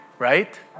right